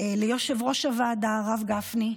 ליושב-ראש הוועדה הרב גפני,